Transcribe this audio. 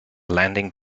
landing